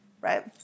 right